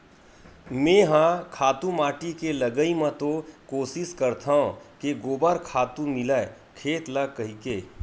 मेंहा खातू माटी के लगई म तो कोसिस करथव के गोबर खातू मिलय खेत ल कहिके